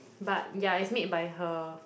but yeah it's made by her